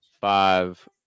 five